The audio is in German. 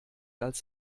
als